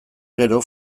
gero